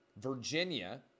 Virginia